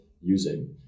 using